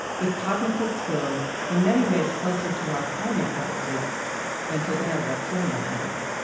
with cognitive skills in many ways closer to our primate relatives than to their reptilian ones.